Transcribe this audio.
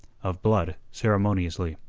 of blood ceremoniously.